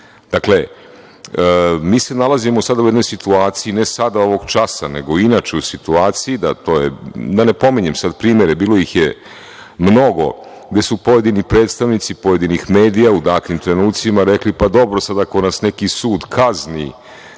tim. Dakle, mi se nalazimo sada u jednoj situaciji, ne sada ovog časa, nego inače u situaciji, da ne pominjem sad primere, bilo ih je mnogo gde su pojedini predstavnici, pojedinih medija u datim trenucima rekli – pa, dobro sad ako nas neki sud kazni